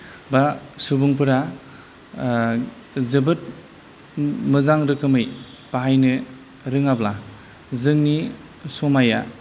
बा सुबुंफोरा जोबोद मोजां रोखोमै बाहायनो रोङाब्ला जोंनि समाया